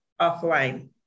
offline